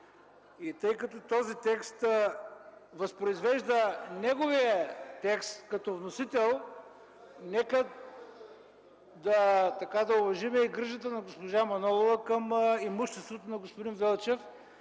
Тъй като този текст възпроизвежда неговия текст като вносител, нека да уважим и грижата на госпожа Манолова към имуществото на господин Велчев